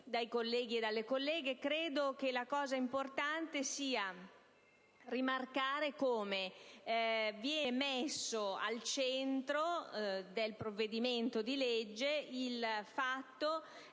dai colleghi e dalle colleghe. Credo sia importante rimarcare come venga messo al centro del provvedimento di legge il fatto